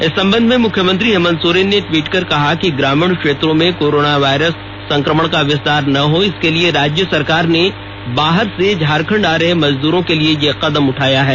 इस संबंध में मुख्यमंत्री हेमंत सोरेन ने ट्वीट कर कहा कि ग्रामीण क्षेत्रों में कोरोना वायरस संक्रमण का विस्तार ना हो इसके लिए राज्य सरकार ने बाहर से झारखंड आ रहे मजदूरों के लिए कदम उठाया है